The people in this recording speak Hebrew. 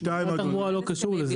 משרד התחבורה לא קשור לזה.